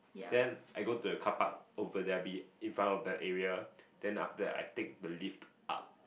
then I go to the carpark over there B infront of the area then after that I take the lift up